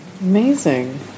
Amazing